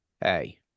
Hey